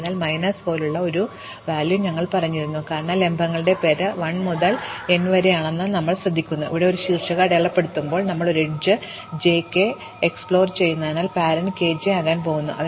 അതിനാൽ മൈനസ് 1 പോലുള്ള ഒരു മൂല്യം ഞങ്ങൾ പറഞ്ഞിരുന്നു കാരണം ലംബങ്ങളുടെ പേര് 1 മുതൽ n വരെ ആണെന്ന് ഞങ്ങൾ ശ്രദ്ധിക്കുന്നു തുടർന്ന് ഒരു ശീർഷകം അടയാളപ്പെടുത്തുമ്പോൾ ഞങ്ങൾ ഒരു എഡ്ജ് j k പര്യവേക്ഷണം ചെയ്യുന്നതിനാൽ പാരന്റ് k j ആകാൻ പോകുന്നു